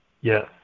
Yes